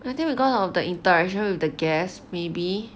I think because of the interaction with the guest maybe